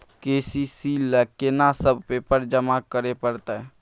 KCC ल केना सब पेपर जमा करै परतै?